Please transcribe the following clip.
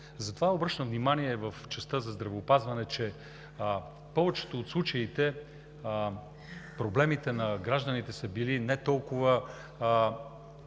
Затова обръщам внимание в частта за здравеопазване, че в повечето от случаите проблемите на гражданите са били не толкова